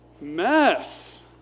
mess